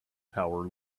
power